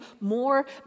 more